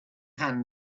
hand